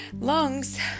lungs